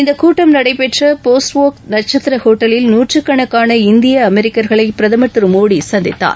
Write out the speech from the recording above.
இந்தக்கூட்டம் நடைபெற்ற Post Oak நட்சத்திர ஹோட்டலில் நுற்றுக்கணக்கான இந்திய அமெரிக்கர்களை பிரதமர் திரு மோடி சந்தித்தார்